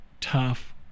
tough